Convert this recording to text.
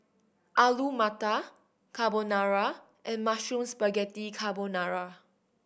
Alu Matar Carbonara and Mushroom Spaghetti Carbonara